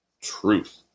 truth